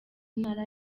ntara